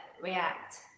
react